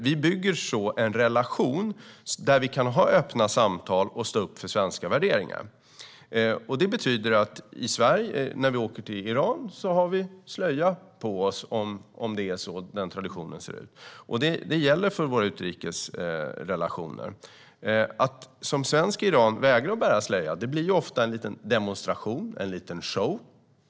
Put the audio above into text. Så bygger vi en relation där vi kan ha öppna samtal och stå upp för svenska värderingar. Det betyder att kvinnor i den svenska delegationen bär slöja i Iran eftersom det är tradition där. Det är vad som gäller för våra utrikes relationer. Att som svensk kvinna i Iran vägra att bära slöja blir ofta en demonstration, en liten show.